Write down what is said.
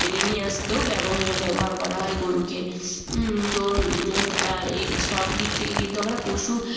টেনে নিয়ে আসতেও ব্যবহার ব্যবহার করা হয় গরুকে তো তা এই সবদিক থেকেই কিন্তু আমরা পশু